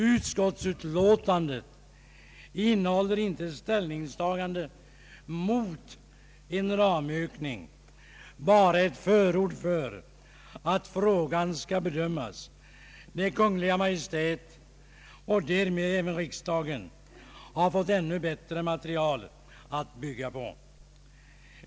Utskottsutlåtandet innehåller inte ett ställningstagande mot en ramökning, bara ett förord för att frågan skall bedömas när Kungl. Maj:t och därmed även riksdagen har fått ännu bättre material att bygga på.